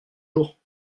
jours